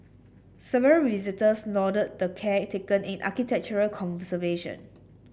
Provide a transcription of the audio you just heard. several visitors lauded the care taken in architectural conservation